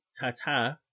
ta-ta